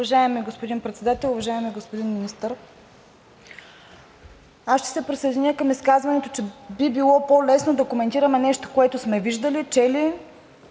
Уважаеми господин Председател, уважаеми господин Министър! Аз ще се присъединя към изказването, че би било по-лесно да коментираме нещо, което сме виждали, чели,